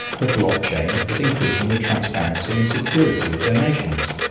the block chain is increasing the transparency and security of donations.